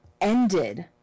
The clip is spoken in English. ended